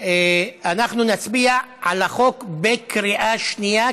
אנחנו נצביע על החוק בקריאה שנייה,